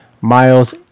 miles